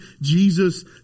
Jesus